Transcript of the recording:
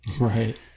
Right